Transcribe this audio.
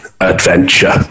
adventure